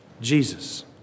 Jesus